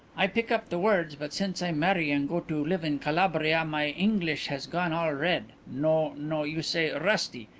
i pick up the words, but since i marry and go to live in calabria my inglish has gone all red no, no, you say, rusty.